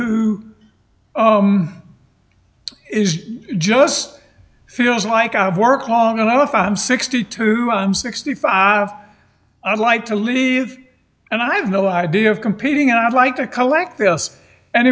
who it is just feels like i work long enough i'm sixty two i'm sixty five i'd like to leave and i have no idea of competing i'd like to collect the us and